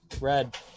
Red